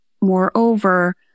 moreover